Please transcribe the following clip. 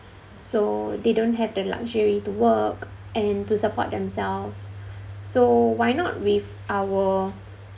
so they don't have the luxury to work and to support themselves so why not with our